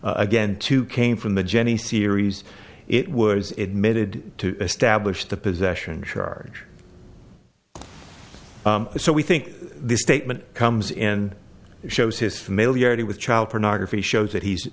again two came from the jenny series it was admitted to establish the possession charge so we think this statement comes in shows his familiarity with child pornography shows that he's